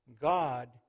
God